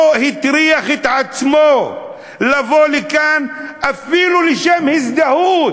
לא הטריח את עצמו לבוא לכאן אפילו לשם הזדהות,